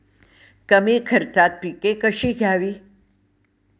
कमी खर्चात पिके कशी घ्यावी?